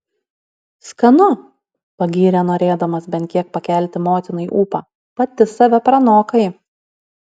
skanu pagyrė norėdamas bent kiek pakelti motinai ūpą pati save pranokai